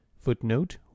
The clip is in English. Footnote